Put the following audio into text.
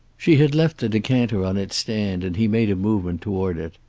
she had left the decanter on its stand, and he made a movement toward it.